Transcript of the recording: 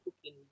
cooking